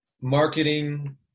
marketing